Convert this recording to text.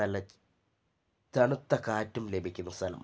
നല്ല തണുത്ത കാറ്റും ലഭിക്കുന്ന സ്ഥലമാണ്